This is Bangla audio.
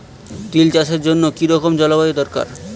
তিল চাষের জন্য কি রকম জলবায়ু দরকার?